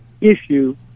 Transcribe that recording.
issue